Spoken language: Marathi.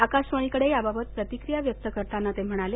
आकाशवाणीकडे याबाबत प्रतिक्रिया व्यक्त करताना ते म्हणाले